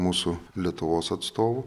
mūsų lietuvos atstovų